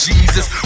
Jesus